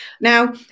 Now